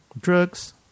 Drugs